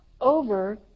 over